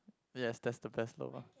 yes that's the best lobang